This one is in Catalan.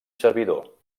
servidor